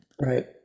Right